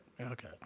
Okay